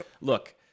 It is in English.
Look